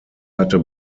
hatte